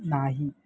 नाही